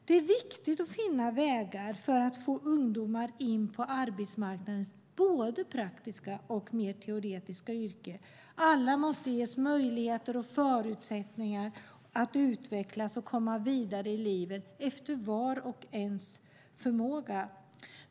Det är viktigt att finna vägar för att få in ungdomar på arbetsmarknaden i både praktiska yrken och mer teoretiska yrken. Alla måste ges möjligheter och förutsättningar att utvecklas och komma vidare i livet efter vars och ens förmåga.